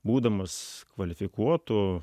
būdamas kvalifikuotu